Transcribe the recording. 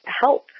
help